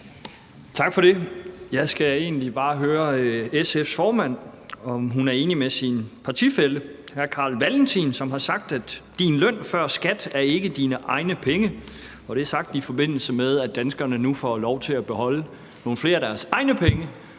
Tak for det. Jeg skal egentlig bare høre, om SF's formand er enig med sin partifælle hr. Carl Valentin, som har sagt: Din løn før skat er ikke dine egne penge. Og det er sagt, i forbindelse med at danskerne nu får lov til at beholde nogle flere af deres egne penge,